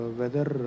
weather